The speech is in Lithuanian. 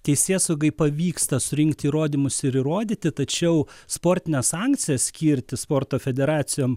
teisėsaugai pavyksta surinkti įrodymus ir įrodyti tačiau sportines sankcijas skirti sporto federacijom